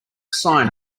sign